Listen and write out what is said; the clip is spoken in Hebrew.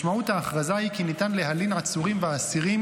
משמעות ההכרזה היא כי ניתן להלין עצורים ואסירים